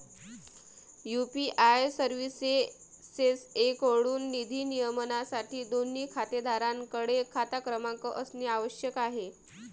UPI सर्व्हिसेसएकडून निधी नियमनासाठी, दोन्ही खातेधारकांकडे खाता क्रमांक असणे आवश्यक आहे